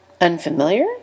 unfamiliar